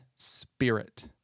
Spirit